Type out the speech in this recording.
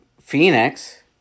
Phoenix